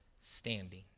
standing